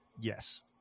Yes